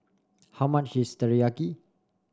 how much is Teriyaki